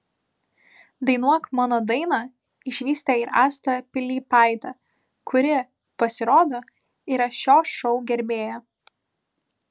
dainuok mano dainą išvysite ir astą pilypaitę kuri pasirodo yra šio šou gerbėja